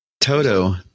Toto